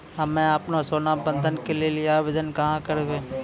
हम्मे आपनौ सोना बंधन के लेली आवेदन कहाँ करवै?